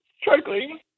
struggling